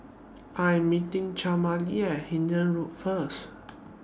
I Am meeting Camila At Hindhede Road First